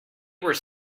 were